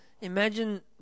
imagine